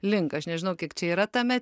link aš nežinau kiek čia yra tame